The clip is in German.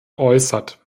äußert